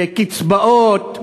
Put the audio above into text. קצבאות,